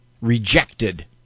rejected